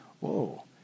Whoa